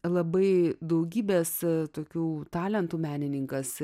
labai daugybės tokių talentų menininkas